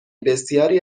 بسیاری